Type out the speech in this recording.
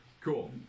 Cool